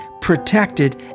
protected